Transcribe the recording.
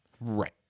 Right